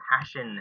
passion